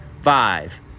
five